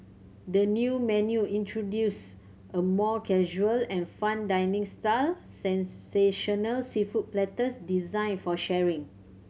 the new menu introduce a more casual and fun dining style sensational seafood platters designed for sharing